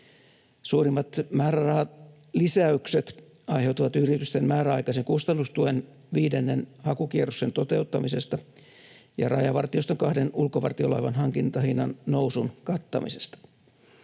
Suurimmat määrärahalisäykset aiheutuvat yritysten määräaikaisen kustannustuen viidennen hakukierroksen toteuttamisesta ja Rajavartioston kahden ulkovartiolaivan hankintahinnan nousun kattamisesta.